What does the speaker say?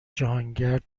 جهانگرد